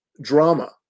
drama